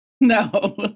no